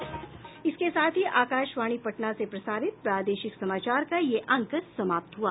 इसके साथ ही आकाशवाणी पटना से प्रसारित प्रादेशिक समाचार का ये अंक समाप्त हुआ